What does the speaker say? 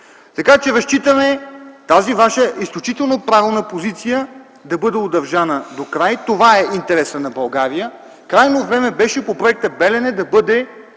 Разчитаме тази Ваша изключително правилна позиция да бъде удържана докрай! Това е интересът на България! Крайно време беше по проекта „Белене” да бъде